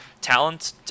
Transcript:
talent